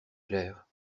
clairs